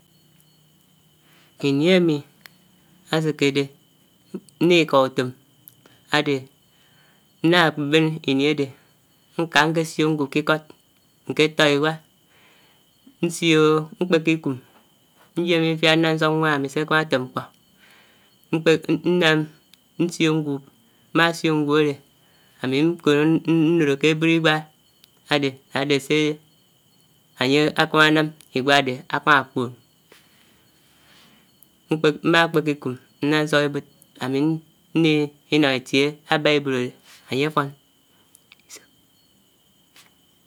Iní âmi ásèkèdè ndikàghà utòm ná bèn ini ádè nkaa nkè siò nwuo k'ikòt, nke tó iwá nsiò mkpèkè ikum nyèm ifiá sè ndàd nsòk nwàn ámi sè ákámá átèm mkpò mkpèkè nnàm, nsiò nwub mà siò nwub ádè ami nkònò ndòdò kè ábòd iwá ádè ádè sè ányè ákámá ánám iwá ádè ámá kpòn mkpè mmà kpèkè ikum ndá nsòk ébòd ámi ndi nám itiè ábá ébòd ádè ányè fòn.